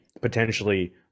potentially